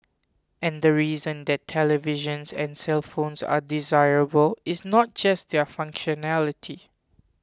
and the reason that televisions and cellphones are desirable is not just their functionality